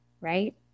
right